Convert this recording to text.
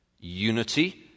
Unity